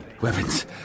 weapons